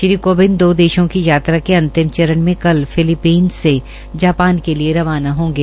श्री कोविंद दो देशों की यात्रा के अंतिम चरण में कल फिलिपींस से जापान के लिए रवाना होंगे